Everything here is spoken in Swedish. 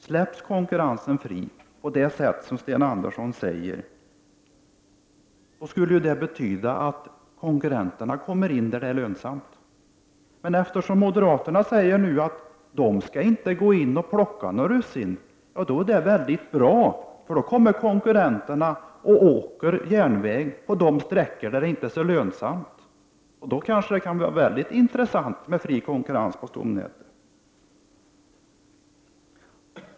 Släpps konkurrensen fri på det sätt som Sten Andersson talar om, skulle det betyda att konkurrenterna kommer in där det är lönsamt. Men när moderaterna nu säger att de inte skall gå in och plocka några russin är det mycket bra, för då kommer konkurrenterna och trafikerar järnväg på de sträckor där det inte är så lönsamt. Då kanske det kan vara väldigt intressant med fri konkurrens på stomnätet.